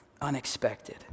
unexpected